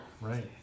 Right